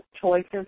choices